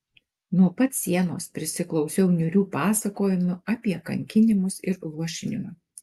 nuo pat sienos prisiklausiau niūrių pasakojimų apie kankinimus ir luošinimą